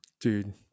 Dude